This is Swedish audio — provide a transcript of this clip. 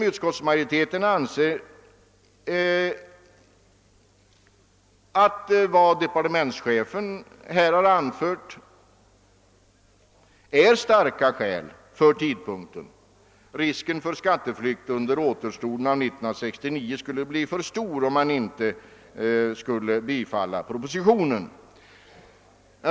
Utskottsmajoriteten anser att departementschefen anfört starka skäl för tidpunkten. Risken för skatteflykt skulle under återstoden av 1969 bli för stor om propositionen inte skulle bifallas.